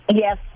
Yes